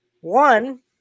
One